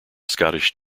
scottish